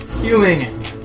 healing